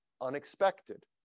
unexpected